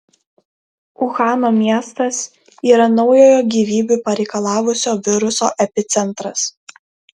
uhano miestas yra naujojo gyvybių pareikalavusio viruso epicentras